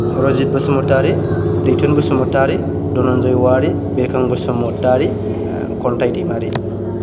रजित बसुमतारि दैथुन बसुमतारि धनन्जय वारी बिरखां बसुमतारि खन्थाय दैमारि